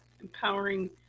empowering